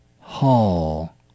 Hall